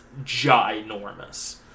ginormous